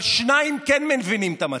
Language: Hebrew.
אבל שניים כן מבינים את המצב.